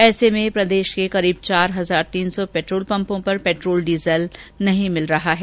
ऐसे में प्रदेश के करीब चार हजार तीन सौ पेट्रोल पम्पों पर पेट्रोल डीजल नहीं मिल रहा है